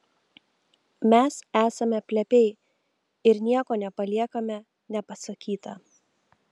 mes esame plepiai ir nieko nepaliekame nepasakyta